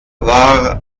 war